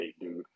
dude